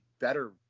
better